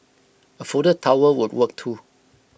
A folded towel would work too